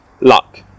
luck